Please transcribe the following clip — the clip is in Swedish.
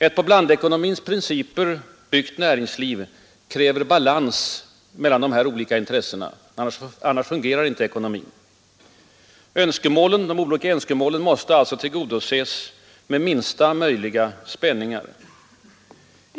Ett på blandekonomins principer byggt näringsliv kräver balans mellan dessa olika intressen — annars fungerar inte ekonomin. De olika önskemålen måste därför tillgodoses med minsta möjliga spänningar.